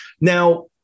now-